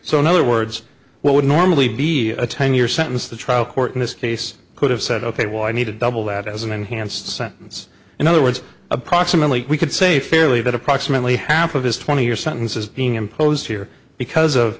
so in other words what would normally be a ten year sentence the trial court in this case could have said ok well i need to double that as an enhanced sentence in other words approximately we could say fairly that approximately half of his twenty year sentence is being imposed here because of